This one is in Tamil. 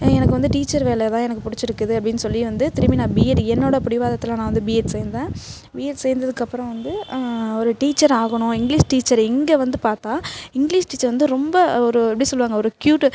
எனக்கு வந்து டீச்சர் வேலை தான் எனக்கு பிடிச்சிருக்குது அப்படின்னு சொல்லி வந்து திரும்பி நான் பிஏட் என்னோடய பிடிவாதத்துல நான் வந்து பிஏட் சேர்ந்தேன் பிஏட் சேர்ந்ததுக்கப்புறம் வந்து ஒரு டீச்சர் ஆகணும் இங்கிலீஷ் டீச்சரு இங்கே வந்து பார்த்தா இங்கிலீஷ் டீச்சர் வந்து ரொம்ப ஒரு எப்படி சொல்லுவாங்க ஒரு கியூட்டு